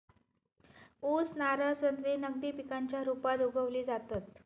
ऊस, नारळ, संत्री नगदी पिकांच्या रुपात उगवली जातत